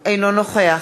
אינו נוכח